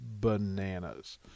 bananas